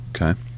Okay